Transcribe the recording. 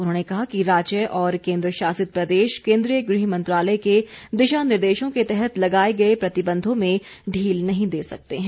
उन्होंने कहा कि राज्य और केंद्र शासित प्रदेश केंद्रीय गृह मंत्रालय के दिशानिर्देशों के तहत लगाए गए प्रतिबंधों में ढील नहीं दे सकते हैं